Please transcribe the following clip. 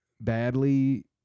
badly